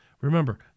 Remember